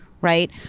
Right